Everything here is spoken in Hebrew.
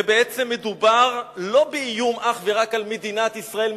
ובעצם מדובר באיום לא אך ורק על מדינת ישראל,